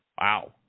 Wow